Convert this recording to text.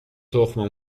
تخم